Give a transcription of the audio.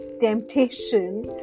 temptation